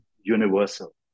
universal